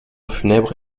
funèbre